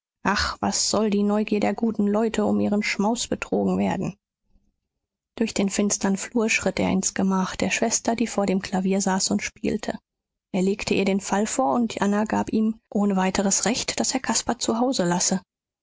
ach was soll die neugier der guten leute um ihren schmaus betrogen werden durch den finstern flur schritt er ins gemach der schwester die vor dem klavier saß und spielte er legte ihr den fall vor und anna gab ihm ohne weiteres recht daß er caspar zu hause lasse